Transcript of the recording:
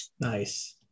Nice